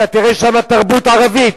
אתה תראה שם תרבות ערבית.